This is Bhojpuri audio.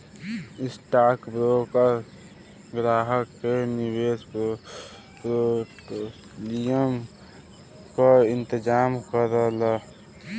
स्टॉकब्रोकर ग्राहक के निवेश पोर्टफोलियो क इंतजाम करलन